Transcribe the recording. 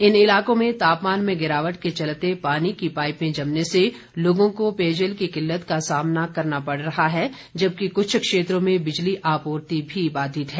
इन इलाकों में तापमान में गिरावट के चलते पानी के पाईपें जमने से लोगों को पेयजल की किल्लत का सामना करना पड़ रहा है जबकि कुछ क्षेत्रों में बिजली आपूर्ति भी बाधित है